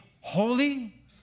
holy